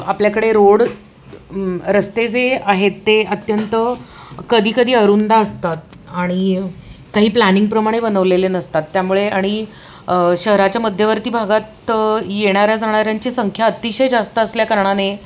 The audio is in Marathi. आपल्याकडे रोड रस्ते जे आहेत ते अत्यंत कधी कधी अरुंद असतात आणि काही प्लॅनिंगप्रमाणे बनवलेले नसतात त्यामुळे आणि शहराच्या मध्यवर्ती भागात येणाऱ्या जाणाऱ्याची संख्या अतिशय जास्त असल्याकारणाने